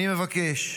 אני מבקש,